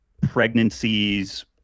pregnancies